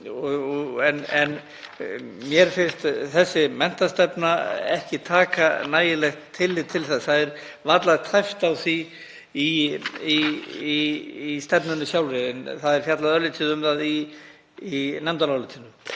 Mér finnst þessi menntastefna ekki taka nægilegt tillit til þess. Það er varla tæpt á því í stefnunni sjálfri en fjallað örlítið um það í nefndarálitinu.